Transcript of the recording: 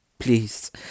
Please